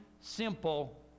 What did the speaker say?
simple